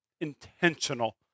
intentional